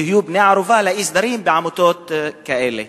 יהיו בני-ערובה לאי-סדרים בעמותות כאלה.